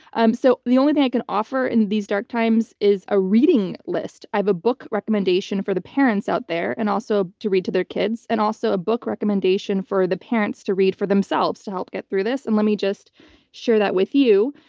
um so the only thing i can offer in these dark times is a reading list. i have a book recommendation for the parents out there and also to read to their kids and also a book recommendation for the parents to read for themselves to help get through this. and let me just share that with you.